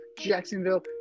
Jacksonville